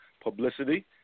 publicity